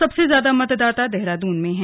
सबसे ज्यादा मतदाता देहरादून में हैं